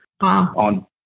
on